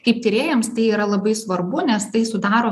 kaip tyrėjams tai yra labai svarbu nes tai sudaro